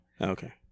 Okay